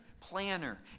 planner